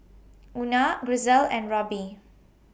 Una Grisel and Roby